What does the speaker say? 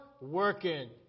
Working